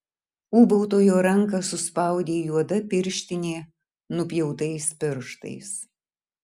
ūbautojo ranką suspaudė juoda pirštinė nupjautais pirštais